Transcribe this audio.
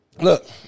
Look